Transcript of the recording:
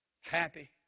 happy